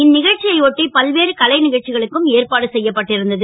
இந் க ச்சியையொட்டி பல்வேறு கலை க ச்சிகளுக்கும் ஏற்பாடு செ யப்பட்டிருந்தது